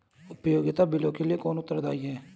उपयोगिता बिलों के लिए कौन उत्तरदायी है?